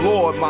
Lord